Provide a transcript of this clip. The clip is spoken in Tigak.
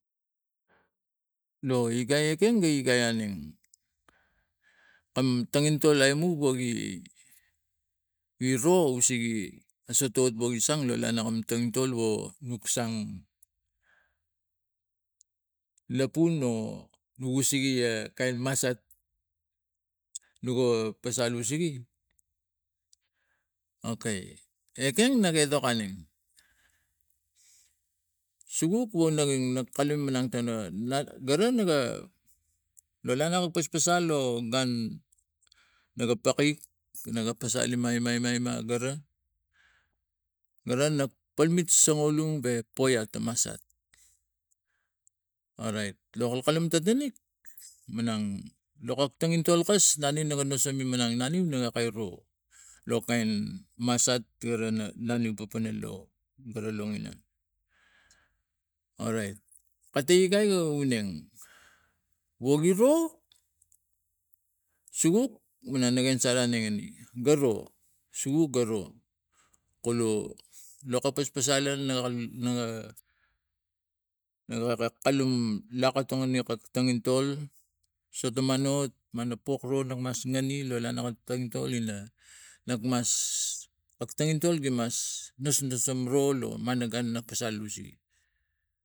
Lo igai ekeng gi igai eneng kam tangintol aimu woge gina wo sege a sotot wo in sam lo alan kaming tongintol wo nuk sang lapun o no wo sege kain masat no ga pasal osege okai ekeng na gi tok aneng suguk wo na neng man kalum lantana gara niga lana ga paspasal lo gun ni g apake lo na ga pasal mai mai ima gara gara na polmit songoulong ga poiat a masat orait akalkalun ta ga nik manang lo ok tanimm tolkas na ne ga mosong minang na new na no kain ro lo kain masat gara la na o oneng wo giro suguk na ge ensam aneng ini ga ro suwok kolo laka paspasalan na ka kalum lakatom aniak atongiltol sotomanot mano pol ro nuk mas ngane lo lana kam tongintol in a wok mas a tongintol ina gimas nasnasam ro na gun no pasal usege